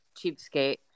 cheapskate